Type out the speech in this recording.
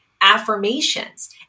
affirmations